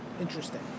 Interesting